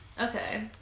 Okay